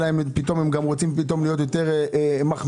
מה גם שהם רוצים להיות יותר מחמירים